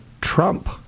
Trump